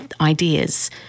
ideas